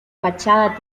fachada